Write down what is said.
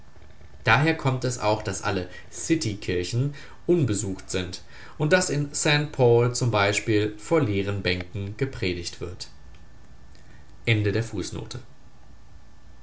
daher kommt es auch daß alle city kirchen unbesucht sind und daß in st paul z b vor leeren bänken gepredigt wird